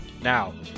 Now